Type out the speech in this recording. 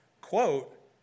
quote